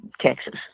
Texas